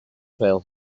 trail